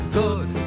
good